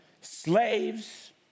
slaves